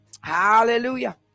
Hallelujah